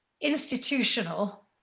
institutional